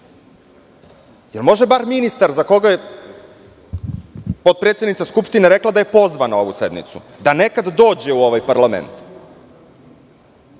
li može bar ministar za koga je potpredsednica Skupštine rekla da je pozvan na ovu sednicu, da nekad dođe u ovaj parlament,